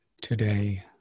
today